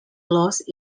lost